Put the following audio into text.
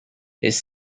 his